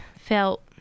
felt